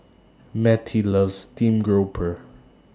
Mettie loves Stream Grouper